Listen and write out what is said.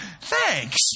thanks